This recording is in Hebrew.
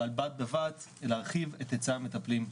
אבל בד בבד להרחיב את היצע המטפלים.